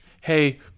hey